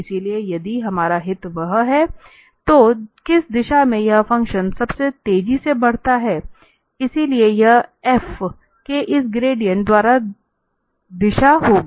इसलिए यदि हमारा हित वह है तो किस दिशा में यह फंक्शन सबसे तेजी से बढ़ता है इसलिए यह f के इस ग्रेडिएंट द्वारा दी गई दिशा होगी